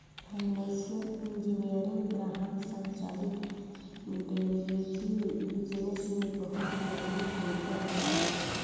financial engineering ग्राहक संचालित derivative business में बहुत जरूरी भूमिका निभावेला